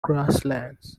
grasslands